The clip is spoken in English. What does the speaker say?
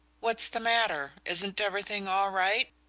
what's the matter? isn't everything all right?